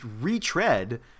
retread